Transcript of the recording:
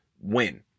win